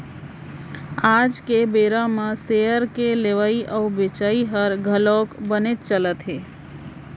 आज के बेरा म सेयर के लेवई अउ बेचई हर घलौक बनेच चलत हे